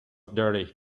dirty